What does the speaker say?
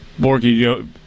Borky